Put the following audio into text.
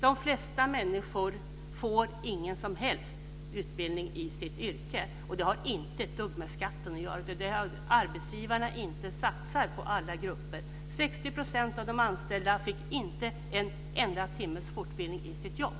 De flesta människor får ingen som helst utbildning i sitt yrke, och det har inte ett dugg med skatten att göra. Det beror på att arbetsgivarna inte satsar på alla grupper. 60 % av de anställda fick inte en enda timmes fortbildning i sitt jobb.